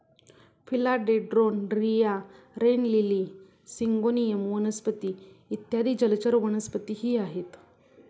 फिला dendron, रिया, rain lily, syngonium वनस्पती इत्यादी जलचर वनस्पतीही आहेत